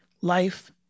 life